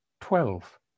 Twelve